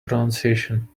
pronunciation